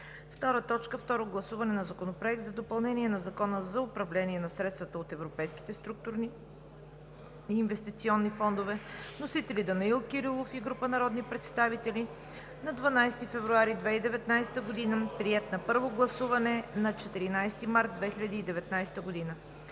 2. Второ гласуване на Законопроекта за допълнение на Закона за управление на средствата от европейските структурни и инвестиционни фондове. Вносители са Данаил Кирилов и група народни представители на 12 февруари 2019 г. Приет е на първо гласуване на 14 март 2019 г.